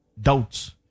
Doubts